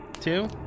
two